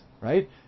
right